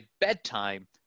bedtime